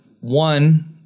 one